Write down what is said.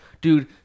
dude